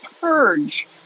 purge